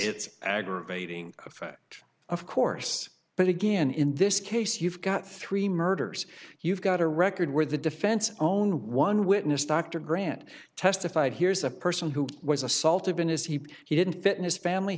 it's aggravating effect of course but again in this case you've got three murders you've got a record where the defense own one witness dr grant testified here's a person who was assaulted been his he he didn't threaten his family